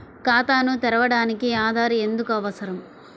ఖాతాను తెరవడానికి ఆధార్ ఎందుకు అవసరం?